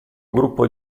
gruppo